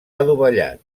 adovellat